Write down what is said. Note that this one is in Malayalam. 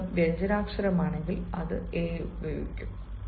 ശബ്ദം വ്യഞ്ജനാക്ഷരമാണെങ്കിൽ അത് a ഉപയോഗിക്കും